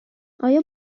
آیا